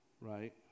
right